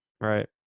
right